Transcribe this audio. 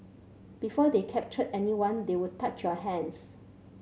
before they captured anyone they would touch your hands